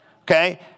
okay